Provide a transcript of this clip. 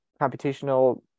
computational